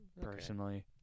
personally